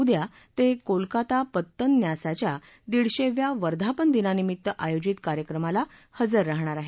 उद्या ते कोलकाता पत्तन न्यासाच्या दीडशेव्या वर्धापनदिनानिमित्त आयोजित कार्यक्रमाला हजर राहणार आहेत